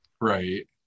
right